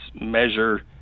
measure